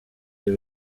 y’u